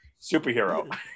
superhero